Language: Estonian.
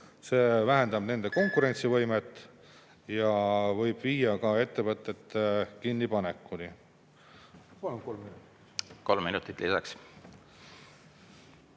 See vähendab nende konkurentsivõimet ja võib viia ka ettevõtted kinnipanekuni. Ma palun kolm minutit lisaaega.